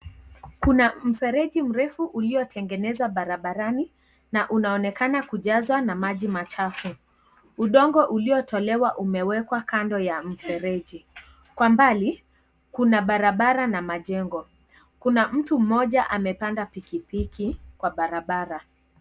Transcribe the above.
Kuna mfereji mrefu uliotengenezwa barabarani na unaonekana kujazwa na maji machafu. Udongo uliotolewa umewekwa kando ya mfereji. Kwa mbali kuna barabara na mjengo. Kuna mtu mmoja amepanda pikipiki kwa barabara.